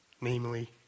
namely